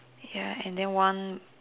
ya and then one